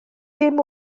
dim